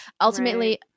Ultimately